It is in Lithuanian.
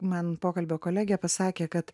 man pokalbio kolegė pasakė kad